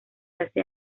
hace